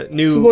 new